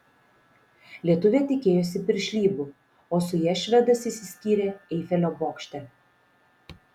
lietuvė tikėjosi piršlybų o su ja švedas išsiskyrė eifelio bokšte